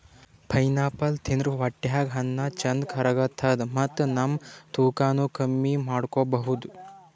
pineapple ತಿಂದ್ರ್ ಹೊಟ್ಟ್ಯಾಗ್ ಅನ್ನಾ ಚಂದ್ ಕರ್ಗತದ್ ಮತ್ತ್ ನಮ್ ತೂಕಾನೂ ಕಮ್ಮಿ ಮಾಡ್ಕೊಬಹುದ್